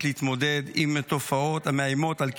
להתמודד עם תופעות המאיימות על קיומה.